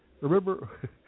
Remember